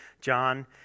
John